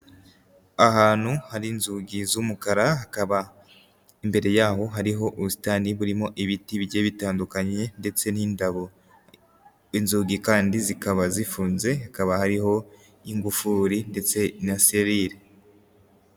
Ahantu hari inzugi z'umukara, hakaba imbere yaho hariho ubusitani burimo ibiti bigiye bitandukanye ndetse n'indabo, inzugi kandi zikaba zifunze, hakaba hariho ingufuri ndetse na serire.